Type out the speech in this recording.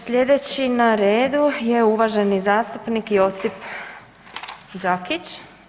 Slijedeći na redu je uvaženi zastupnik Josip Đakić.